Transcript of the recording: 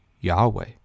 Yahweh